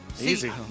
Easy